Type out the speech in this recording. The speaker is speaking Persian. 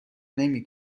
نمی